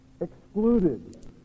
excluded